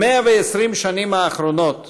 ב-120 השנים האחרונות